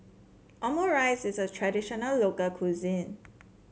omurice is a traditional local cuisine